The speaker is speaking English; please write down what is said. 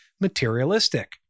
materialistic